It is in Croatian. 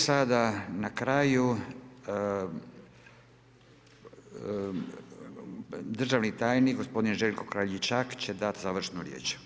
I sada na kraju, državni tajnik, gospodin Željko Kraljičak će dati završnu riječ.